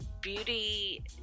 beauty